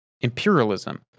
Imperialism